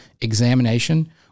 examination